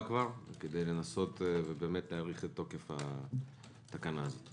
כדי לנסות להאריך את תוקף התקנות הללו.